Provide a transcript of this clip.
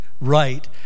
Right